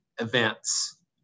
events